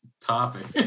topic